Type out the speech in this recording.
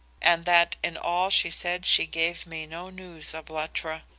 and that in all she said she gave me no news of luttra.